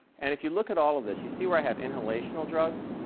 and if you look at all of this you see where i have inhalational drugs?